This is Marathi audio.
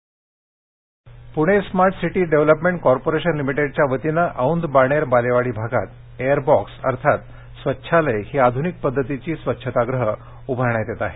स्वच्छतागृह Pune smart city development corporation लिमिटेडच्या वतीने औंध बाणेर बालेवाडी भागात एअरबॉक्स अर्थात स्वच्छालय ही आध्रनिक पद्धतीची स्वच्छतागृहं उभारण्यात येत आहेत